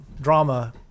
drama